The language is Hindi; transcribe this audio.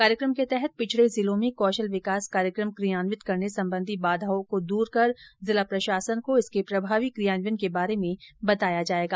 कार्यक्रम के तहत पिछड़े जिलों में कौशल विकास कार्यक्रम क्रियान्वित करने संबंधी बाधाओं को दूर कर जिला प्रशासन को इसके प्रभावी क्रियान्वयन के बारे में बताया जाएगा